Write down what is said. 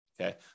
okay